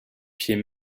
pied